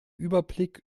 überblick